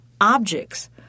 objects